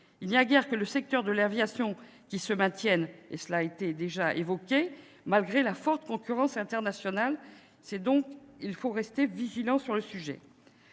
Il n'y a guère que le secteur de l'aviation qui se maintienne, cela a été évoqué, malgré la forte concurrence internationale. Il faut donc rester vigilant sur ce sujet.